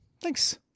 Thanks